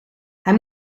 hij